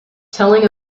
telling